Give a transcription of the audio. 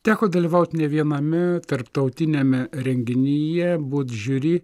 teko dalyvaut ne viename tarptautiniame renginyje buvot žiuri